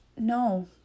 No